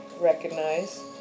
recognize